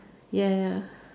ya ya